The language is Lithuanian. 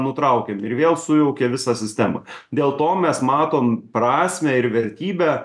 nutraukėm ir vėl sujaukė visą sistemą dėl to mes matom prasmę ir vertybę